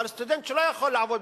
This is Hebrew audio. אבל סטודנט שלא יכול לעבוד,